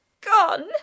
Gone